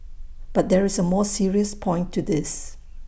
but there is A more serious point to this